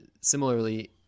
similarly